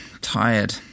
Tired